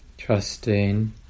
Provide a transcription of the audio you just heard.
trusting